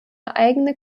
eigene